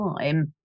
time